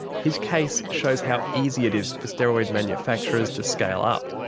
his case shows how easy it is for steroid manufacturers to scale up,